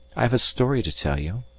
i have a story to tell you,